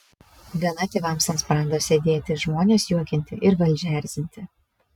gana tėvams ant sprando sėdėti žmones juokinti ir valdžią erzinti